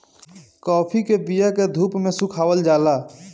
काफी के बिया के धूप में सुखावल जाला